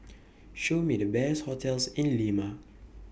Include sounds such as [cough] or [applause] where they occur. [noise] Show Me The Best hotels [noise] in Lima